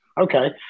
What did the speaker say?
Okay